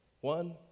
One